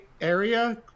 area